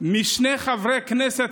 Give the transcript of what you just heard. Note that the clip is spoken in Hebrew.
משני חברי כנסת,